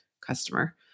customer